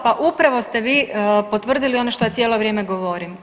Pa upravo ste vi potvrdili ono što ja cijelo vrijeme govorim.